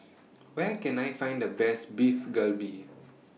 Where Can I Find The Best Beef Galbi